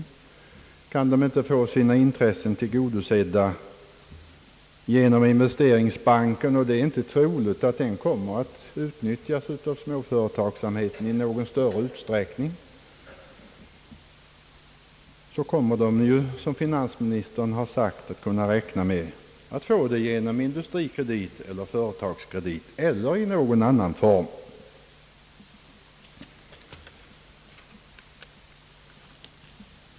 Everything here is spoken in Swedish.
Kan den mindre företagsamheten inte få sina intressen tillgodosedda genom investeringsbanken — och det är inte troligt att banken kommer att utnyttjas av småföretagsamheten i någon större utsträckning kommer de mindre företagen ju, såsom finansministern har sagt, att kunna räkna med att få hjälp genom Industrikredit eller Företagskredit eller i någon annan form.